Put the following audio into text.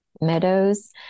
meadows